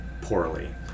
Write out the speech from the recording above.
poorly